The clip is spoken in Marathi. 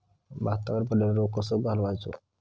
भातावर पडलेलो रोग कसो घालवायचो?